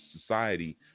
society